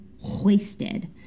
hoisted